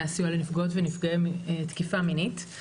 הסיוע לנפגעות ונפגעי תקיפה מינית.